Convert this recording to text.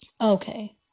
okay